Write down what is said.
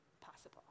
possible